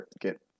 get